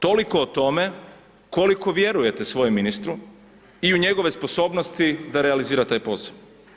Toliko o tome koliko vjerujete svojem ministru i u njegove sposobnosti da realizira taj posao.